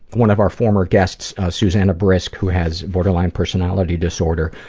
one of our former guests, ah susanna brisk, who has borderline personality disorder,